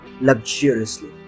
luxuriously